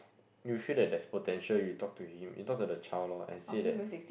you feel that there's potential you talk to him you talk to the child lor and say that